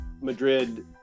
Madrid